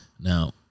Now